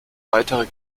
weiterer